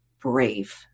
brave